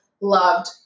loved